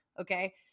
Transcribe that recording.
Okay